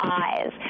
eyes